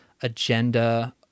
agenda